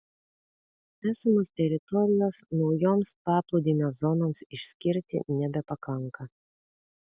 esamos teritorijos naujoms paplūdimio zonoms išskirti nebepakanka